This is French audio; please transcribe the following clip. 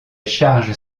charges